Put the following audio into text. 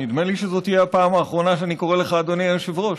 נדמה לי שזאת תהיה הפעם האחרונה שאני קורא לך "אדוני היושב-ראש",